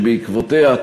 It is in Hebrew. שבעקבותיה,